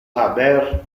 haber